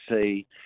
see